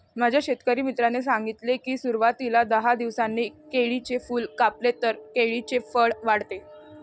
माझ्या शेतकरी मित्राने सांगितले की, सुरवातीला दहा दिवसांनी केळीचे फूल कापले तर केळीचे फळ वाढते